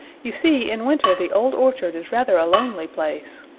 you see, in winter the old orchard is rather a lonely place.